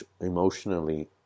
emotionally